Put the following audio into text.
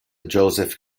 joseph